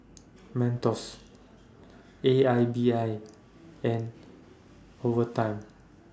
Mentos A I B I and Ovaltine